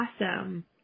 awesome